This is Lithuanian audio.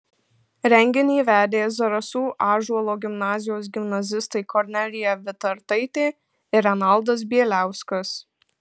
renginį vedė zarasų ąžuolo gimnazijos gimnazistai kornelija vitartaitė ir renaldas bieliauskas